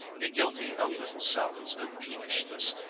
be guilty of little sallies of peevishness,